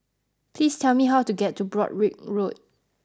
please tell me how to get to Broadrick Road